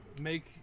make